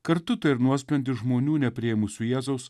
kartu tai ir nuosprendis žmonių nepriėmusių jėzaus